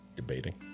debating